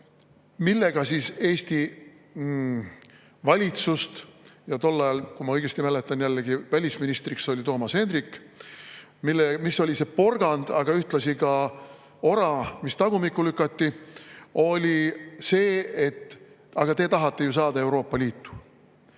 Millega siis Eesti valitsust [veendi]? Tol ajal, kui ma õigesti mäletan, oli jällegi välisministriks Toomas Hendrik. Mis oli see porgand, aga ühtlasi ka ora, mis tagumikku lükati? See oli see, et te tahate ju saada Euroopa Liitu.